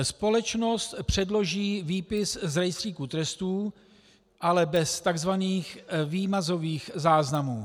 Společnost předloží výpis z rejstříku trestů, ale bez takzvaných výmazových záznamů.